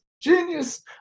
genius